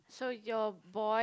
so your boy